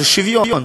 זה שוויון.